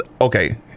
okay